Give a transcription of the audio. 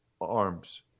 arms